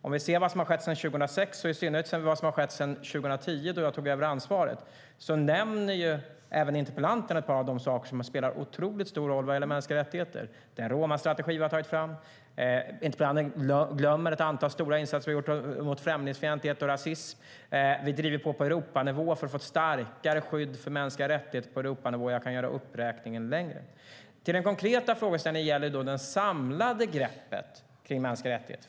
När vi ser vad som har skett sedan 2006 - i synnerhet vad som har skett sedan 2010 då jag tog över ansvaret - nämner även interpellanten ett par av de saker som har spelat otroligt stor roll när det gäller mänskliga rättigheter. En är romastrategin vi har tagit fram. Interpellanten glömmer ett antal stora insatser vi har gjort mot främlingsfientlighet och rasism. Vi driver på för att få ett starkare skydd för mänskliga rättigheter på Europanivå. Jag kan göra uppräkningen längre. Den konkreta frågeställningen gäller det samlade greppet runt mänskliga rättigheter.